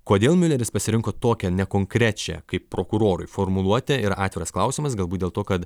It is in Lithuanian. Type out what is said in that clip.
kodėl miuleris pasirinko tokią nekonkrečią kaip prokurorui formuluotę ir atviras klausimas galbūt dėl to kad